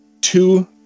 two